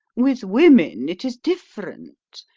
with women it is different.